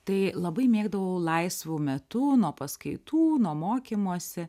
tai labai mėgdavau laisvu metu nuo paskaitų nuo mokymosi